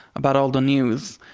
about all the news.